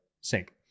sync